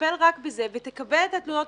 שתטפל רק בזה ותקבל את התנועות.